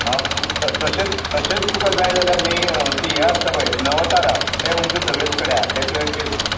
आ तशेंत तशेंत तुका जाय जाल्यार न्ही तें हें आसता पळय नवतारा तें म्हणजे सगळेच कडेन आ तें तुवें टेस्ट